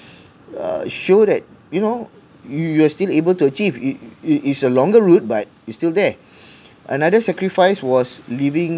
uh show that you know you you are still able to achieve it it is a longer route but it's still there another sacrifice was leaving